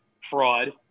fraud